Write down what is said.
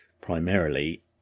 primarily